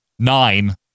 Nine